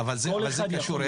כל אחד יכול לחיות.